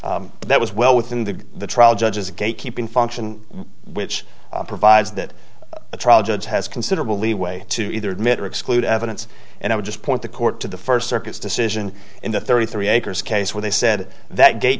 court that was well within the the trial judge's gatekeeping function which provides that the trial judge has considerable leeway to either admit or exclude evidence and i would just point the court to the first circuits decision in the thirty three acres case where they said that ga